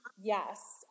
Yes